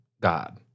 God